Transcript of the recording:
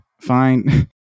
fine